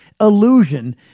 illusion